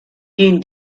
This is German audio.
gehen